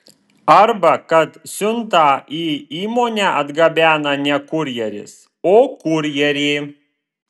arba kad siuntą į įmonę atgabena ne kurjeris o kurjerė